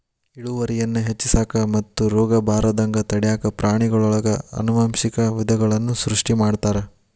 ಇಳುವರಿಯನ್ನ ಹೆಚ್ಚಿಸಾಕ ಮತ್ತು ರೋಗಬಾರದಂಗ ತಡ್ಯಾಕ ಪ್ರಾಣಿಗಳೊಳಗ ಆನುವಂಶಿಕ ವಿಧಗಳನ್ನ ಸೃಷ್ಟಿ ಮಾಡ್ತಾರ